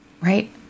right